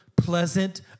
Pleasant